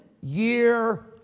year